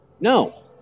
No